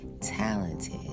talented